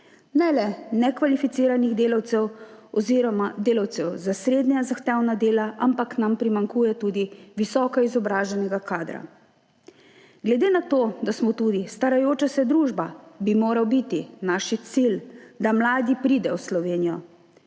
ne le nekvalificiranih delavcev oziroma delavcev za srednje zahtevna dela, ampak nam primanjkuje visoko izobraženega kadra. Glede na to, da smo tudi starajoča se družba, bi moral biti naš cilj, da mladi pridejo v Slovenijo,